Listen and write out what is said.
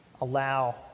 allow